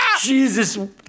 Jesus